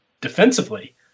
defensively